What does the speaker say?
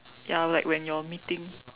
ya like when your meeting